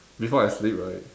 before I sleep right